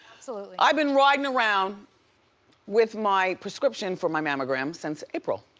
absolutely. i've been riding around with my prescription for my mammogram, since april.